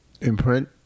Imprint